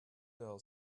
girl